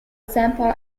sample